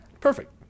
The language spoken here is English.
perfect